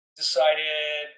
decided